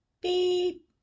beep